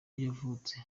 yavutse